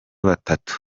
batatu